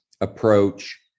approach